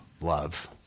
love